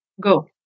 go